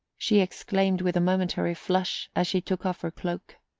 she exclaimed with a momentary flush, as she took off her cloak.